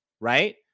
right